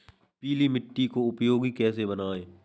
पीली मिट्टी को उपयोगी कैसे बनाएँ?